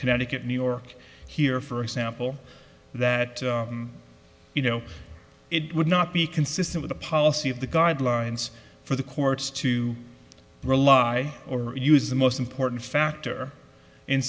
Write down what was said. connecticut new york here for example that you know it would not be consistent with a policy of the guidelines for the courts to rely or use the most important factor in